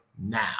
now